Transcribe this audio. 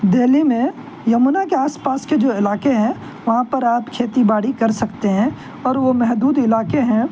دہلی میں یمنا کے آس پاس کے جو علاقے ہیں وہاں پر آپ کھیتی باڑی کر سکتے ہیں اور وہ محدود علاقے ہیں